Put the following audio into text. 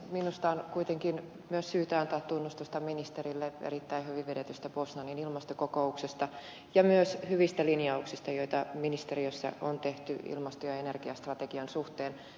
minusta on kuitenkin myös syytä antaa tunnustusta ministerille erittäin hyvin vedetystä poznanin ilmastokokouksesta ja myös hyvistä linjauksista joita ministeriössä on tehty ilmasto ja energiastrategian suhteen